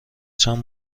چند